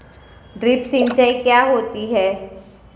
Drip सिंचाई क्या होती हैं?